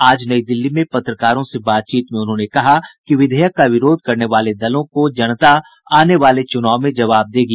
आज नई दिल्ली में पत्रकारों से बातचीत में उन्होंने कहा कि विधेयक का विरोध करने वाले दलों को जनता आने वाले चुनाव में जवाब देगी